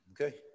okay